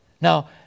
Now